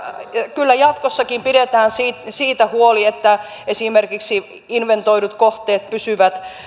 kyllä jatkossakin pidetään siitä huoli että esimerkiksi inventoidut kohteet pysyvät